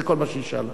זה כל מה שהיא שאלה.